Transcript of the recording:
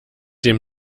dem